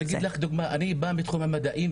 אני בא מתחום המדעים,